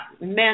men